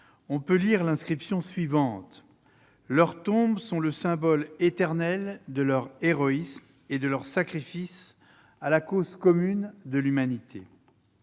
on peut lire l'inscription suivante :« Leurs tombes sont le symbole éternel de leur héroïsme et de leur sacrifice à la cause commune de l'humanité.